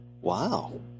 Wow